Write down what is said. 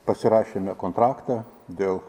pasirašėme kontraktą dėl